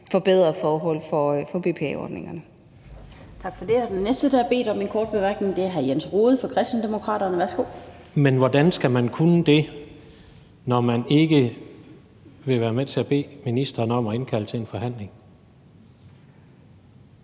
forbedrede forhold for BPA-ordningen.